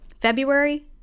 February